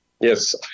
Yes